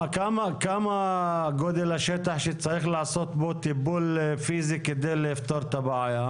מה גודל השטח שצריך לעשות בו טיפול כדי לפתור את הבעיה?